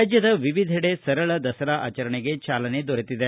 ರಾಜ್ಯದ ವಿವಿಧೆಡೆ ಸರಳ ದಸರಾ ಆಚರಣೆಗೆ ಚಾಲನೆ ದೊರೆತಿದೆ